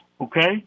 okay